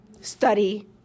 study